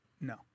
No